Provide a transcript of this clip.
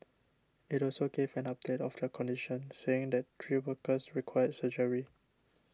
it also gave an update of their condition saying that three workers required surgery